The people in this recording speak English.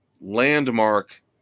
landmark